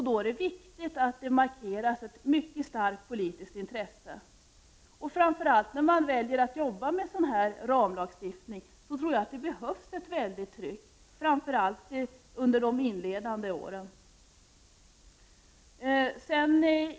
Då är det viktigt att ett mycket starkt politiskt in tresse markeras. Och framför allt: När man väljer att jobba med en sådan här ramlagstiftning tror jag att det behövs ett väldigt tryck, särskilt under de första åren.